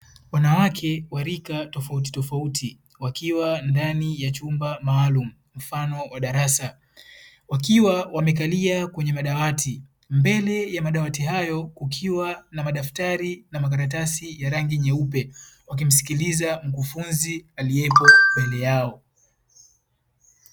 Wanawake wa lika tofautitofauti wakiwa ndani ya chumba maalumu mfano wa darasa, wakiwa wamekalia kwenye madawati, mbele ya madawati hayo kukiwa na madaftari na makaratasi ya rangi nyeupe, wakimsikiliza mkufunzi aliyepo mbele yao.